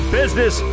business